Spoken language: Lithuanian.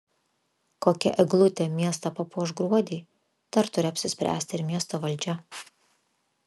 kokia eglutė miestą papuoš gruodį dar turi apsispręsti ir miesto valdžia